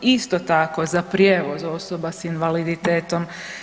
Isto tako za prijevoz osoba sa invaliditetom.